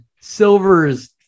Silver's